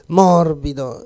morbido